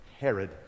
Herod